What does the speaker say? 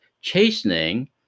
chastening